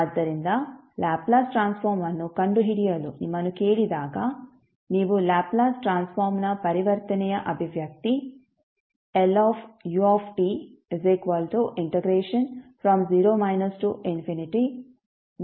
ಆದ್ದರಿಂದ Laplace transform ಅನ್ನು ಕಂಡುಹಿಡಿಯಲು ನಿಮ್ಮನ್ನು ಕೇಳಿದಾಗ ನೀವು ಲ್ಯಾಪ್ಲೇಸ್ ಟ್ರಾನ್ಸ್ಫಾರ್ಮ್ನ ಪರಿವರ್ತನೆಯ ಅಭಿವ್ಯಕ್ತಿ Lut0 1e stdt 1se st|0ಯನ್ನು ಬಳಸುತ್ತೀರಿ